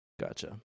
Gotcha